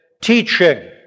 teaching